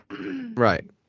Right